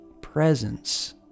presence